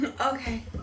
Okay